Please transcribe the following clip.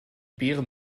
beeren